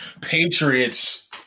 Patriots